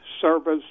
service